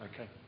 Okay